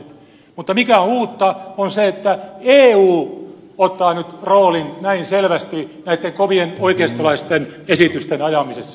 mutta mikä on uutta on se että eu ottaa nyt roolin näin selvästi näitten kovien oikeistolaisten esitysten ajamisessa